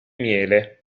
miele